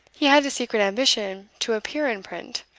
he had a secret ambition to appear in print,